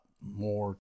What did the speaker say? more